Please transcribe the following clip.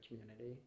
community